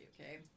okay